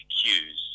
cues